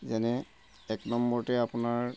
যেনে এক নম্বৰতে আপোনাৰ